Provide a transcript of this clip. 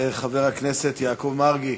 חבר הכנסת יעקב מרגי,